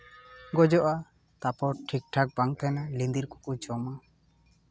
ᱜᱚᱡᱚᱜᱼᱟ ᱛᱟᱨᱯᱚᱨ ᱴᱷᱤᱠᱼᱴᱷᱟᱠ ᱵᱟᱝ ᱛᱟᱦᱮᱱᱟ ᱞᱤᱸᱫᱤᱨ ᱠᱚᱠᱚ ᱡᱚᱢᱟ